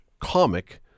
comic